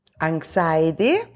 anxiety